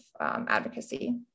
advocacy